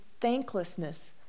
thanklessness